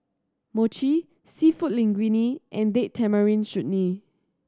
Mochi Seafood Linguine and Date Tamarind Chutney